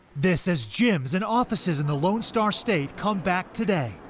this as gyms and offices in the lone star state come back today.